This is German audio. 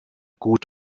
gut